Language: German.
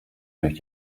durch